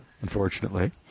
Unfortunately